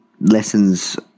lessons